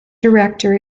director